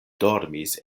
dormis